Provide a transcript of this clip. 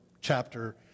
chapter